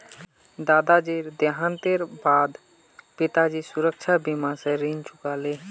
दादाजीर देहांतेर बा द पिताजी सुरक्षा बीमा स ऋण चुका ले